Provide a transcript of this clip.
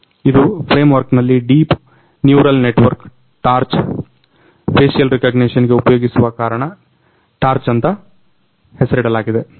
ಇದು ಫ್ರೇಮ್ವರ್ಕನಲ್ಲಿ deep neural network torch facial ರಿಕಗ್ನಿಷನ್ಗೆ ಉಪಯೋಗಿಸುವ ಕಾರಣ ಟಾರ್ಚ್ ಅಂತ ಹೆಸರಿಡಲಾಗಿದೆ